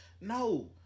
No